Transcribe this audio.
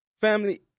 Family